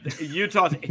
Utah